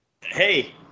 Hey